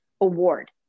award